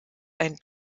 ein